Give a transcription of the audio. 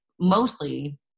mostly